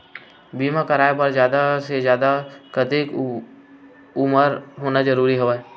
बीमा कराय बर जादा ले जादा कतेक उमर होना जरूरी हवय?